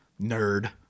nerd